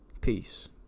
peace